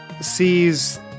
sees